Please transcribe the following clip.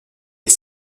est